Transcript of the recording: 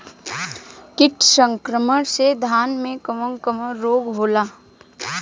कीट संक्रमण से धान में कवन कवन रोग होला?